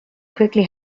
quickly